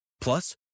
Plus